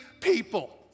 people